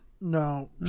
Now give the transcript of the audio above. No